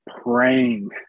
praying